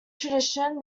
tradition